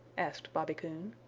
asked bobby coon.